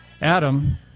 Adam